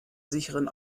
sicheren